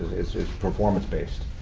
it's performance-based.